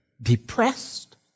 depressed